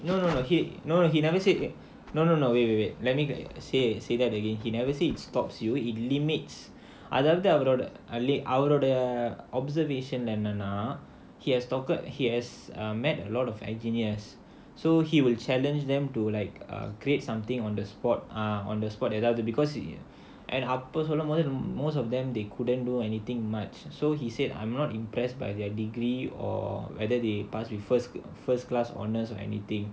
no no no he no he never say no no no wait wait wait let me get say say that again he never say it stops you it limits அதாவது அவருடைய:adhaavathu avarudaiya observation என்னனா:ennanaa he has met a lot of engineers so he will challenge them to like um create something on the spot ah on the spot ஏதாவது:edhaavathu because அப்போ சொல்லும் போது:appo sollum pothu most of them they couldn't do anything much so he said I'm not impressed by their degree or whether they pass with first class honours or anything